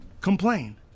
complain